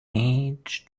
each